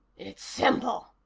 it's simple,